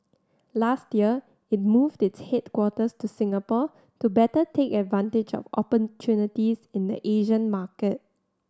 last year it moved its headquarters to Singapore to better take advantage of opportunities in the Asian market